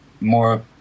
more